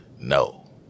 No